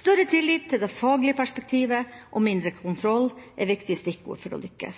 Større tillit til det faglige perspektivet og mindre kontroll er viktige stikkord for å lykkes.